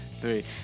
three